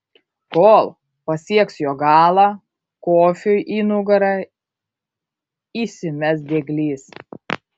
kol pasieks jo galą kofiui į nugarą įsimes dieglys